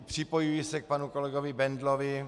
Připojuji se k panu kolegovi Bendlovi.